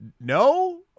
no